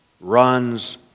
runs